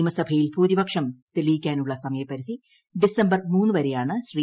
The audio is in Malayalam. നിയമസഭയിൽ ഭൂരിപക്ഷം തെളിയിക്കാനുള്ള സമയപരിധി ഡിസംബർ മൂന്ന് വരെയാണ് ശ്രീ